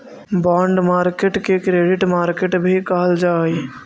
bond market के credit market भी कहल जा हइ